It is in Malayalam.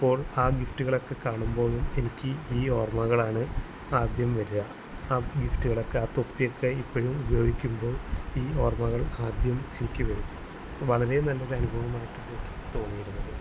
ഇപ്പോൾ ആ ഗിഫ്റ്റുകളൊക്കെ കാണുമ്പോഴും എനിക്ക് ഈ ഓർമകളാണ് ആദ്യം വരിക ആ ഗിഫ്റ്റുകളൊക്കെ ആ തൊപ്പിയൊക്കെ ഇപ്പഴും ഉപയോഗിക്കുമ്പോൾ ഈ ഓർമ്മകൾ ആദ്യം എനിക്ക് വരും വളരെ നല്ലൊരനുഭവം ആയിട്ടാണ് എനിക്ക് തോന്നിയിരുന്നത്